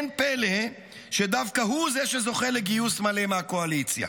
אין פלא שדווקא הוא זה שזוכה לגיוס מלא מהקואליציה.